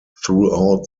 throughout